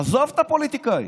עזוב את הפוליטיקאים,